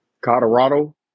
Colorado